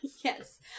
Yes